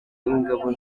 ingabo